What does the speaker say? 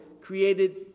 created